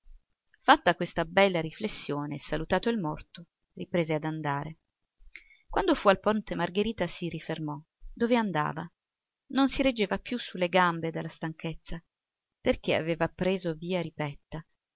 fatta questa bella riflessione e salutato il morto riprese ad andare quando fu al ponte margherita si rifermò dove andava non si reggeva più su le gambe dalla stanchezza perché aveva preso per via ripetta